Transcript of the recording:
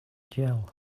gel